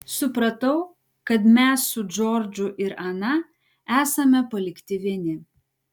supratau kad mes su džordžu ir ana esame palikti vieni